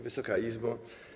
Wysoka Izbo!